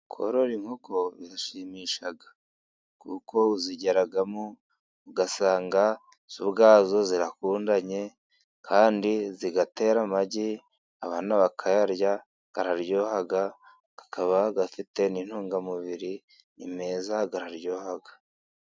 Korora inkoko birashimisha kuko uzigeramo ugasanga zo ubwazo zirakundanye kandi zigatera amagi, abana bakayarya araryoha akaba afite n'intungamubiri ni meza aryoha.